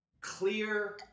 clear